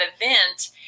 event